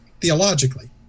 theologically